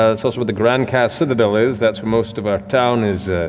ah it's also where the grandcast citadel is. that's where most of our town is,